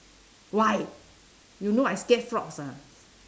why you know I scared frogs ah